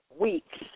weeks